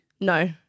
No